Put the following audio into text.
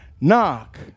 Knock